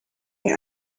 can